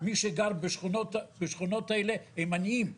מי שגר בשכונות האלה הם עניים.